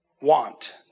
want